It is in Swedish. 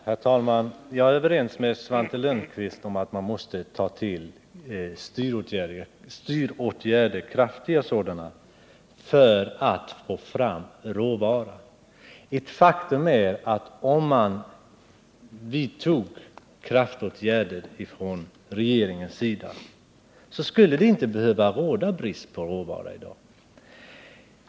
Herr talman! Jag är överens med Svante Lundkvist om att man måste ta till kraftiga styråtgärder för att få fram råvara. Om man från regeringens sida vidtog kraftfulla åtgärder, skulle det i dag inte behöva råda brist på råvara.